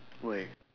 why